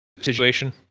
situation